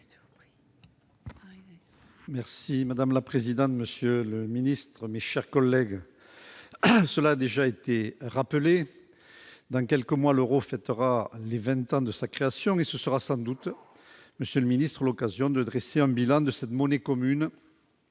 Merci madame la présidente, monsieur le Ministre, mes chers collègues, cela a déjà été rappelé dans quelques mois l'Euro fêtera les 20 ans de sa création, mais ce sera sans doute Monsieur le Ministre, l'occasion de dresser un bilan de cette monnaie commune